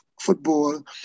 football